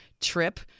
trip